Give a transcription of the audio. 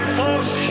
force